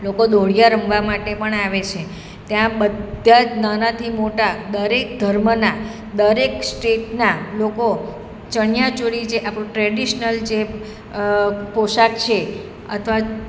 લોકો દોડિયા રમવા માટે પણ આવે છે ત્યાં બધા જ નાનાથી મોટા દરેક ધર્મના દરેક સ્ટેટના લોકો ચણિયા ચોળી જે આપણું ટ્રેડિશનલ જે પોશાક છે અથવા